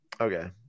Okay